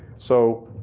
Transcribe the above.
so,